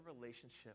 relationship